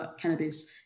cannabis